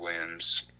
wins